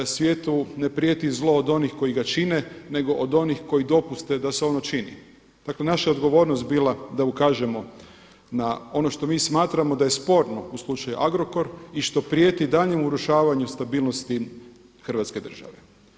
Svijetu ne prijeti zlo od onih koji ga čine, nego od onih koji dopuste da se ono čini.“ Dakle, naša je odgovornost bila da ukažemo na ono što mi smatramo da je sporno u slučaju Agrokor i što prijeti daljnjem urušavanju stabilnosti Hrvatske države.